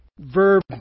verb